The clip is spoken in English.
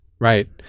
Right